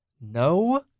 No